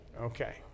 Okay